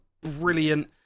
brilliant